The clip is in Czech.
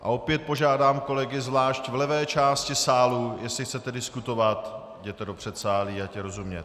A opět požádám kolegy zvlášť v levé části sálu, jestli chcete diskutovat, jděte do předsálí, ať je rozumět.